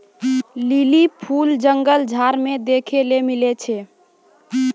lily फूल जंगल झाड़ मे देखै ले मिलै छै